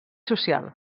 social